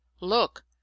Look